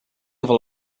other